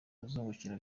ruzungukira